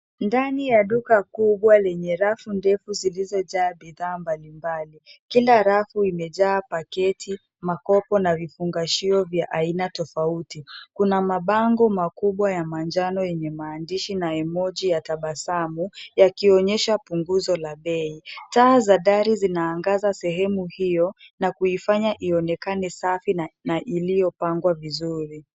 Ndani ya duka kubwa lenye rafu ndefu zilizojaa bidha mbali mbali, kila rafu imejaa paketi, makopo na vifungashio vya aina tofauti. Kuna mabango makubwa ya manjano yenye maandishi na emoji ya tabasamu yakionyesha pungozo la bei, taa za dari zinaangaza sehemu hio na kuifanya ionekane safi na iliyopangwa vizuri.